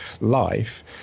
life